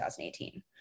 2018